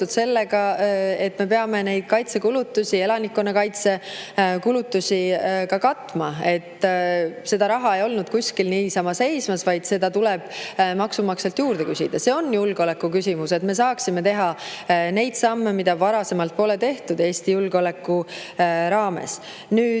sellega, et me peame neid kaitsekulutusi, elanikkonna kaitse kulutusi katma. See raha ei olnud kuskil niisama seismas, seda tuleb maksumaksjalt juurde küsida. See on julgeoleku küsimus, et me saaksime teha neid samme, mida varasemalt pole Eesti julgeoleku huvides